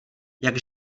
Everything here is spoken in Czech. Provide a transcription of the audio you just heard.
jak